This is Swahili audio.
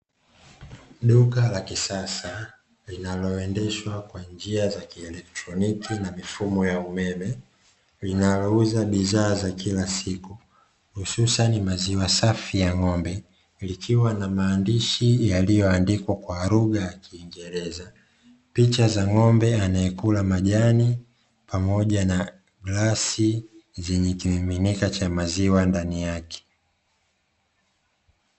Duka la kisasa linaloendeshwa kwa njia za kielekroniki na mifumo ya umeme, linalouza bidhaa za kila siku hususani maziwa safi ya ng'ombe. Likiwa na maandishi yaliyoandikwa kwa lugha ya kiingereza, picha za ng'ombe anayekula majani, pamoja na glasi zenye kimiminika cha maziwa ndani yake.